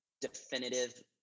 definitive